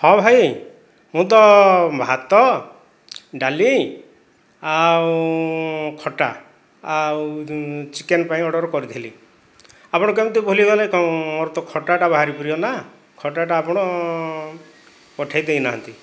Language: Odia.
ହଁ ଭାଇ ମୁଁ ତ ଭାତ ଡାଲି ଆଉ ଖଟା ଆଉ ଚିକେନ ପାଇଁ ଅର୍ଡ଼ର କରିଥିଲି ଆପଣ କେମିତି ଭୁଲି ଗଲେ କଁ ମୋର ତ ଖଟାଟା ଭାରି ପ୍ରିୟ ନା ଖଟାଟା ଆପଣ ପଠେଇ ଦେଇନାହାନ୍ତି